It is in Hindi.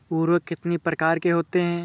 उर्वरक कितनी प्रकार के होते हैं?